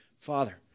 Father